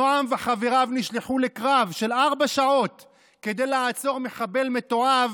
נעם וחבריו נשלחו לקרב של ארבע שעות כדי לעצור מחבל מתועב